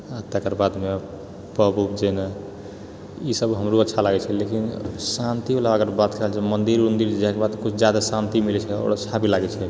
आ तकर बादमे पब उब जेनाइ ई सब हमरो अच्छा लागैत छै लेकिन शांति वाला अगर बात कएल जाय मन्दिर उन्दिर जाए के बाद किुछ जादा शांति मिलैत छै आओर अच्छा भी लागैत छै